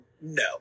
no